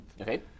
Okay